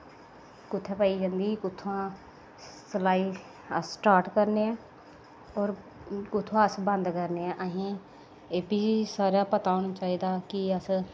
कुत्थै पाई जंदी कुत्थुआं सलाई अस स्टार्ट करने आं होर कुत्थुआं अस बंद करने आं असें ऐ बी सारा पता होना चाहिदा कि अस